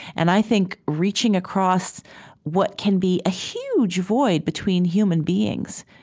and i think reaching across what can be a huge void between human beings.